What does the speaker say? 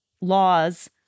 laws